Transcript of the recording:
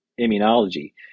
immunology